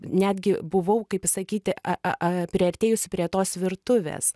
netgi buvau kaip sakyti a a priartėjusi prie tos virtuvės